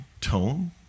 tone